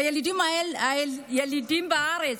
הילדים בארץ,